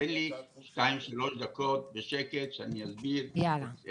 שתיתן לי 2-3 דקות בשקט שאני אסביר את